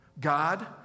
God